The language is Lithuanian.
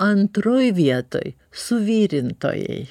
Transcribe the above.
antroj vietoj suvirintojai